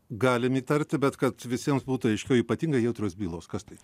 galim įtarti bet kad visiems būtų aiškiau ypatingai jautrios bylos kas tai